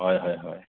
হয় হয় হয়